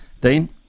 Dean